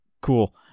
cool